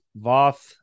Voth